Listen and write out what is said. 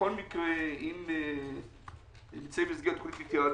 בכל מקרה, הם נמצאים במסגרת תוכנית התייעלות.